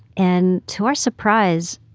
and to our surprise,